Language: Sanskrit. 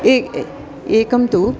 ए ए एकं तु